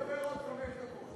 נותן לי לדבר עוד חמש דקות.